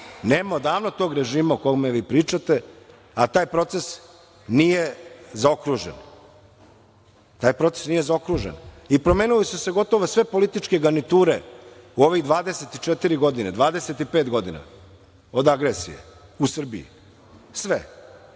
nema odavno tog režim o kome vi pričate, a taj proces nije zaokružen. Taj proces nije zaokružen i promenile su se gotovo sve političke garniture u ovih 24 godine, 25 godina od agresije u Srbiji. Sve.